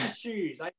shoes